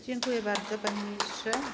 Dziękuję bardzo, panie ministrze.